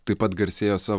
taip pat garsėjo savo